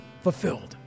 fulfilled